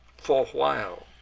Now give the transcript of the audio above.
for while,